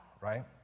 right